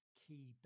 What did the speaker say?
key